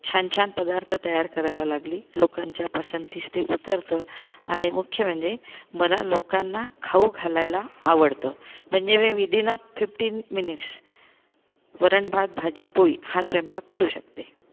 छान छान पदार्थ तयार करायला लागली लोकांच्या पसंतीस ते उतरतं आणि मुख्य म्हणजे मला लोकांना खाऊ घालायला आवडतं म्हणजे मी विदिन फिफ्टीन मिनिटस् वरण भात भाजी पोळी हा स्वयंपाक करू शकते